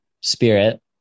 spirit